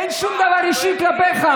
אין שום דבר אישי כלפיך,